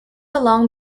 along